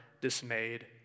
dismayed